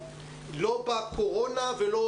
לא בקורונה ולא